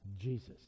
Jesus